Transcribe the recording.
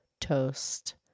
toast